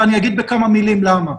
ואגיד בכמה מילים למה.